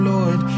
Lord